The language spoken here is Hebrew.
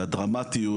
הדרמטיות